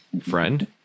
friend